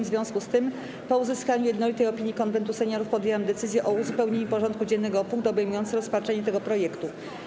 W związku z tym, po uzyskaniu jednolitej opinii Konwentu Seniorów, podjęłam decyzję o uzupełnieniu porządku dziennego o punkt obejmujący rozpatrzenie tego projektu.